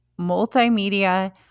multimedia